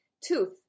tooth